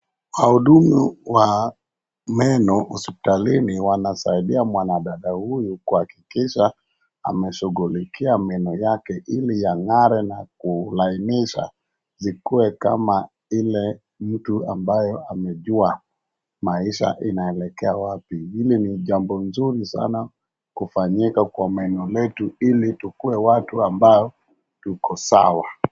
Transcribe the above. Wahudumu wa meno hospitalini wanasaidia mwanadada huyu kuhakikisha amshughulikia meno yake ili yang'are na kulainisha zikuwe kama ile mtu ambayo amejua maisha inaelekea wapi. Hili ni jambo mzuri sana kufanyika kwa meno yetu ili tukuwe watu ambao tuko sawa.